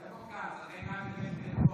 מה ישראל כץ?